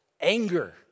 anger